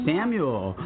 Samuel